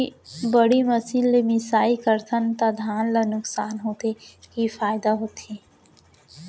बड़ी मशीन ले मिसाई करथन त धान ल नुकसान होथे की फायदा होथे?